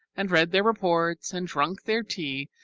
and read their reports, and drunk their tea,